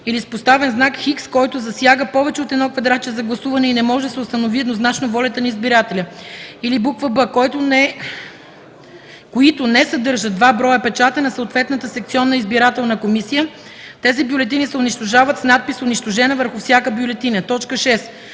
или с поставен знак „Х”, който засяга повече от едно квадратче за гласуване и не може да се установи еднозначно волята на избирателя, или б) които не съдържат два броя печата на съответната секционна избирателна комисия; тези бюлетини се унищожават с надпис „унищожена” върху всяка бюлетина; 6.